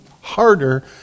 harder